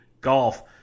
golf